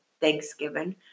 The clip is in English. Thanksgiving